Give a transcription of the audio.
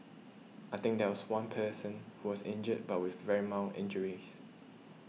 I think there was one person who was injured but with very mild injuries